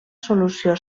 solució